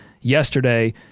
yesterday